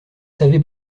savez